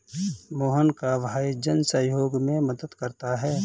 मोहन का भाई जन सहयोग में मदद करता है